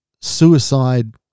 suicide